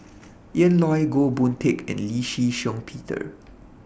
Ian Loy Goh Boon Teck and Lee Shih Shiong Peter